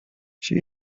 she